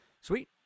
Sweet